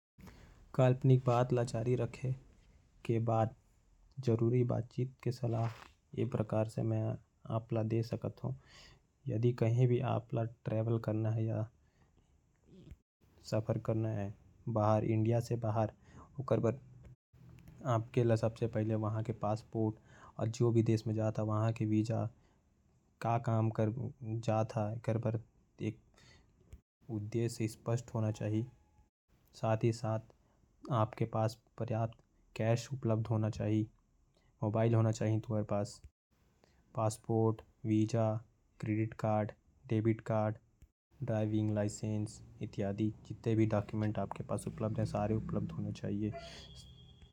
काल्पनिक बात के सलाह के जरूरी बात ला। मै ये प्रकार से दे सकत हो। आप ल ट्रैवल करना है जो देश में तो ओ देश के वीजा पासपोर्ट ये सब ल रखना बहुत आवश्यक है। और पूरा जानकारी होना चाहिए। कैश उपलब्ध होना चाही। और ध्यान रखना चाही।